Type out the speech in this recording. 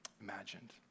imagined